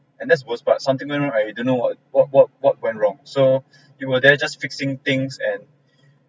and that's the worst part something went wrong I don't know what what what what went wrong so you were there just fixing things and